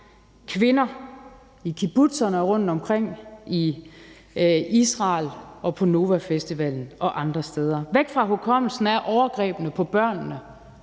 kvinder i kibbutzerne rundtomkring i Israel, på Novafestivalen og andre steder. Væk fra hukommelsen er overgrebene på børnene